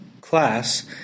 class